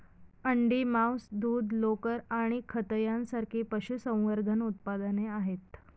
अंडी, मांस, दूध, लोकर आणि खत यांसारखी पशुसंवर्धन उत्पादने आहेत